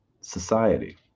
society